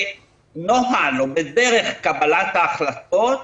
בנוהל או בדרך קבלת ההחלטות,